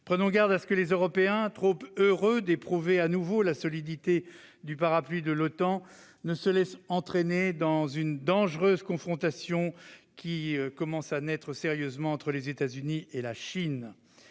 prenons garde que les Européens, trop heureux d'éprouver à nouveau la solidité du parapluie de l'OTAN, se laissent entraîner dans cette dangereuse confrontation qui se profile entre les États-Unis et la Chine